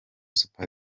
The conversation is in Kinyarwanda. super